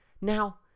Now